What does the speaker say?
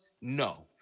No